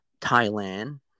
Thailand